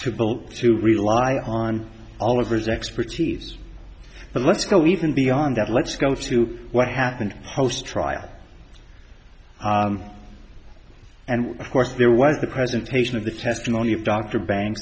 bill to rely on all of his expertise but let's go even beyond that let's go to what happened post trial and of course there was the presentation of the testimony of dr bank